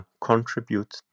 contribute